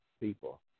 people